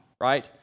Right